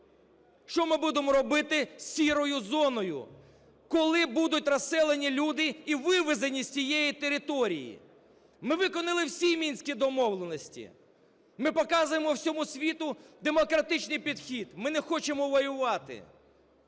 що ми будемо робити з "сірою" зоною, коли будуть розселені люди і вивезені з тієї території. Ми виконали всі мінські домовленості, ми показуємо всьому світу демократичний підхід. Ми не хочемо воювати,